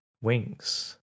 wings